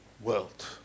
world